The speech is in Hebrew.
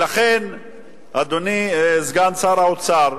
ולכן, אדוני, סגן שר האוצר,